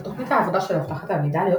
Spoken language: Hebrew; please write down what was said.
על תוכנית העבודה של אבטחת המידע להיות